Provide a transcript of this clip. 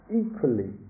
equally